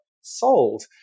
sold